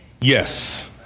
Yes